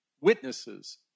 witnesses